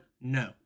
no